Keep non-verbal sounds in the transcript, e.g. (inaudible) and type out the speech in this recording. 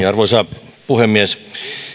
(unintelligible) arvoisa puhemies